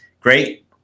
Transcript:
great